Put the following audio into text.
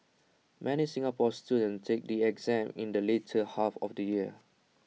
many Singapore students take the exam in the later half of the year